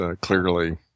clearly